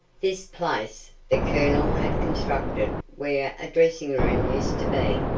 this place the colonel had constructed where a dressing room used to be,